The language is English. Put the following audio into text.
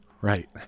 Right